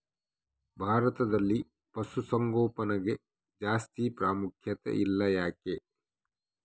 ಭಾರತದಲ್ಲಿ ಪಶುಸಾಂಗೋಪನೆಗೆ ಜಾಸ್ತಿ ಪ್ರಾಮುಖ್ಯತೆ ಇಲ್ಲ ಯಾಕೆ?